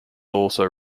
also